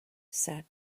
sat